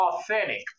authentic